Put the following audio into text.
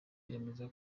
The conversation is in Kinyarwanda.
yemeza